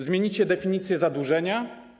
Zmienicie definicję zadłużenia?